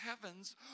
heavens